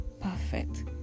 perfect